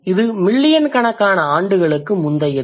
இது மில்லியன் கணக்கான ஆண்டுகளுக்கு முந்தையது